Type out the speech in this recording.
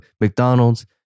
McDonald's